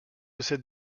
cette